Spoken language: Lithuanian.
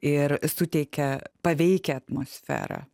ir suteikia paveikią atmosferą